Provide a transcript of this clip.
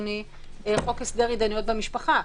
חוק הסדר התדיינויות במשפחה.